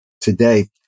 today